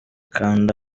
kanda